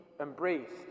embraced